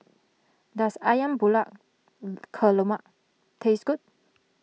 does Ayam Buah taste good